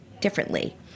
differently